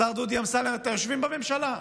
השר דודי אמסלם, אתם יושבים בממשלה.